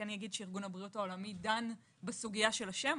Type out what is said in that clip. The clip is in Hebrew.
ארגון הבריאות העולמי דן בסוגיה של השם,